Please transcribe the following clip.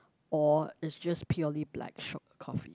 or it's just purely blackshot coffee